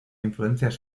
influencias